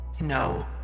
No